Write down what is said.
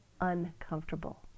uncomfortable